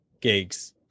gigs